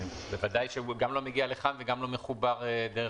בוודאי כשהוא גם לא מגיע לכאן וגם לא מחובר בזום.